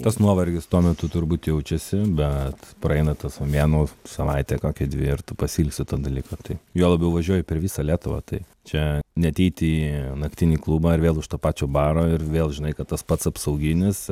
tas nuovargis tuo metu turbūt jaučiasi bet praeina tas va mėnuo savaitė kokia dvi ir tu pasiilgsti to dalyko tai juo labiau važiuoji per visą lietuvą tai čia neateiti į naktinį klubą ar vėl už to pačio baro ir vėl žinai kad tas pats apsauginis